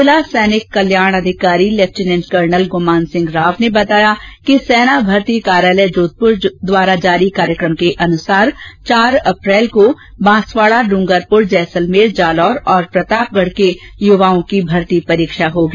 जिला सैनिक कल्याण अधिकारी ले कर्नल गुमान सिंह राव ने बताया कि सेना भर्ती कार्यालय जोधपुर द्वारा जारी कार्यक्रम के अनुसार चार अप्रैल को बांसवाड़ा डूंगरपुर जैसलमेर जालोर और प्रतापगढ़ के युवाओं की भर्ती परीक्षा होगी